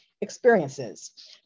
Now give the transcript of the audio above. experiences